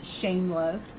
shameless